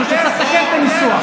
משום שצריך לתקן את הניסוח.